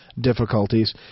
difficulties